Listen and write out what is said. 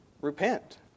Repent